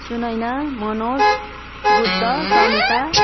Sunaina Manoj Buddha Samita